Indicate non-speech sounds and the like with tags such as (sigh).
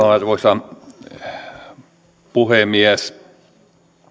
(unintelligible) arvoisa puhemies